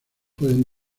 pueden